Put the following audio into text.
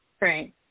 Right